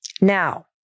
Now